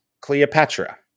Cleopatra